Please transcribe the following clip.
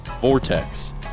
Vortex